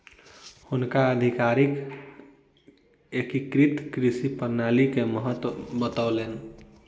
हुनका अधिकारी एकीकृत कृषि प्रणाली के महत्त्व बतौलैन